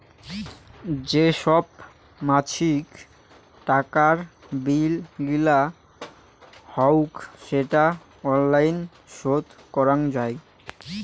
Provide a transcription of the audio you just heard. যে সব মাছিক টাকার বিল গিলা হউক সেটা অনলাইন শোধ করাং যাই